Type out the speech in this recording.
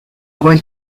going